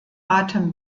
atem